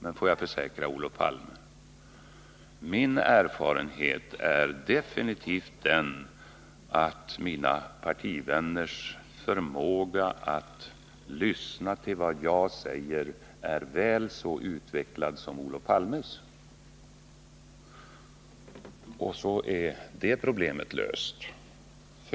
Jag kan dock försäkra Olof Palme att min erfarenhet definitivt är den att mina partivänners förmåga att lyssna på vad jag säger är väl så utvecklad som Olof Palmes. Så är det problemet löst.